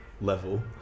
level